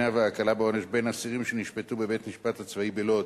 וההקלה בעונש בין אסירים שנשפטו בבית-המשפט הצבאי בלוד